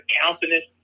countenance